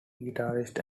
guitarist